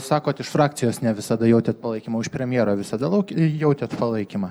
sakot iš frakcijos ne visada jautėt palaikymą o iš premjero visada lauk jautėt palaikymą